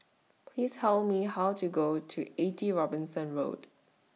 Please Tell Me How to Go to eighty Robinson Road